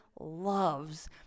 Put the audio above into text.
loves